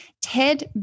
Ted